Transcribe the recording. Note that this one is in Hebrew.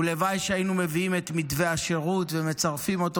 ולוואי שהיינו מביאים את מתווה השירות ומצרפים אותו